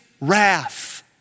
wrath